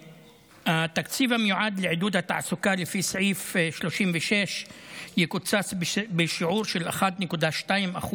התקציב המיועד לעידוד התעסוקה לפי סעיף 36 יקוצץ בשיעור של 1.2%,